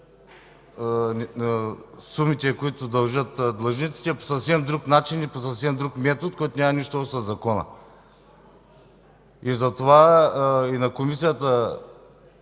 сумите, които дължат длъжниците, по съвсем друг начин и по съвсем друг метод, който няма нищо общо със закона. Споделих го с